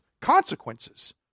consequences